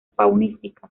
faunística